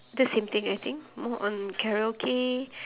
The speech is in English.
the same thing I think more on karaoke